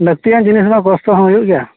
ᱞᱟᱹᱠᱛᱤᱭᱟᱱ ᱡᱤᱱᱤᱥ ᱢᱟ ᱠᱚᱥᱴᱚ ᱦᱚᱸ ᱦᱩᱭᱩᱜ ᱜᱮᱭᱟ